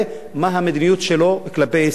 מה המדיניות שלו כלפי ישראל,